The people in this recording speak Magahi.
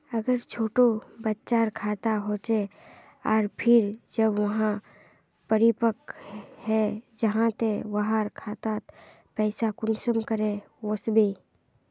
अगर छोटो बच्चार खाता होचे आर फिर जब वहाँ परिपक है जहा ते वहार खातात पैसा कुंसम करे वस्बे?